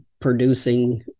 producing